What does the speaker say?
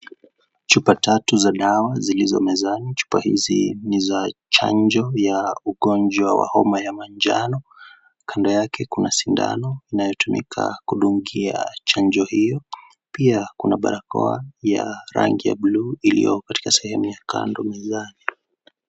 Chupa tatu za dawa zilizo mezani. Chupa hizi ni za chanjo ya ugonjwa wa homa ya manjano. Kando yake kuna sindano inayotumika kudungia chanjo hiyo. Pia kuna balakoa ya rangi ya blue iliyo katika sehemu ya kando mezani.